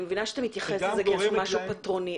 אני מבינה שאתה מתייחס לזה כשאיזשהו משהו פטרוני,